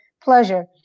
pleasure